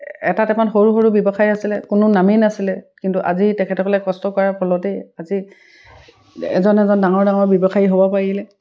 এটা টাইমত সৰু সৰু ব্যৱসায় আছিলে কোনো নামেই নাছিলে কিন্তু আজি তেখেতসকলে কষ্ট কৰাৰ ফলতেই আজি এজন এজন ডাঙৰ ডাঙৰ ব্যৱসায়ী হ'ব পাৰিলে